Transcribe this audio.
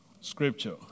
scripture